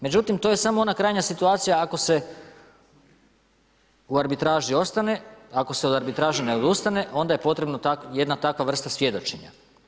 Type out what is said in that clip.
Međutim, to je samo ona kranja situacija ako se u arbitraži ostane, ako se od arbitraže ne odustane, onda je potrebna jedna takav vrsta svjedočenja.